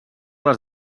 les